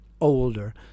older